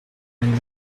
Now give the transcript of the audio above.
find